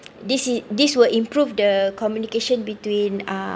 this is this will improve the communication between uh